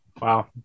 Wow